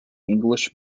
english